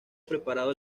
preparado